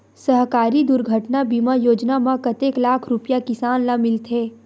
सहकारी दुर्घटना बीमा योजना म कतेक लाख रुपिया किसान ल मिलथे?